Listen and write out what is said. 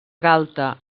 galta